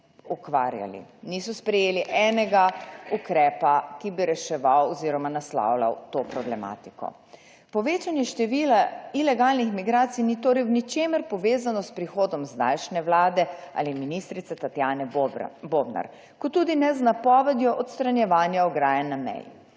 ukvarjali, niso sprejeli enega ukrepa, ki bi reševal oziroma naslavljal to problematiko. Povečanje števila ilegalnih migracij ni torej v ničemer povezano s prihodom zdajšnje Vlade ali ministrice Tatjane Bobra Bobnar, kot tudi ne z napovedjo odstranjevanja ograje na meji.